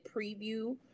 preview